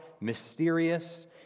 mysterious